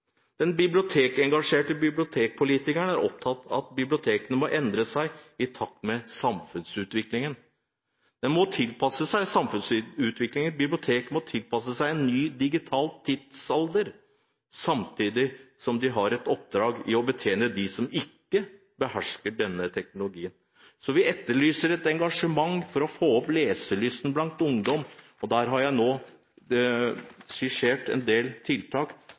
Den bibliotekengasjerte bibliotekpolitikeren er opptatt av at bibliotekene må endre seg i takt med samfunnsutviklingen. Bibliotekene må tilpasse seg en ny digital tidsalder, samtidig som de har et oppdrag i å betjene dem som ikke behersker denne teknologien. Så vi etterlyser et engasjement for å få opp leselysten blant ungdom, og der har jeg nå skissert en del tiltak